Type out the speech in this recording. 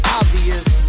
obvious